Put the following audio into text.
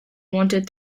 wanted